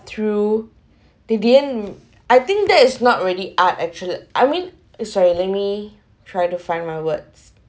through they didn't I think that is not really art actual~ I mean sorry let me try to find my words